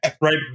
Right